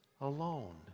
alone